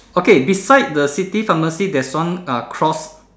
okay beside the city pharmacy there's one uh cross